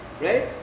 right